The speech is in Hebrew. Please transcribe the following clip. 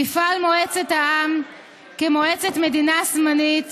תפעל מועצת העם כמועצת מדינה זמנית,